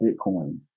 Bitcoin